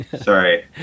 Sorry